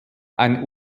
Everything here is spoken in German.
ein